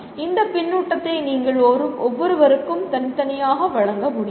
இந்த பின்னூட்டத்தை நீங்கள் ஒவ்வொருவருக்கும் தனித்தனியாக வழங்க முடியாது